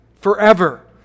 forever